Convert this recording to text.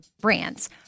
brands